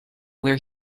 where